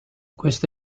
questo